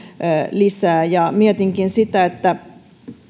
lisää mietinkin sitä että